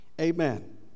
Amen